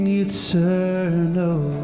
eternal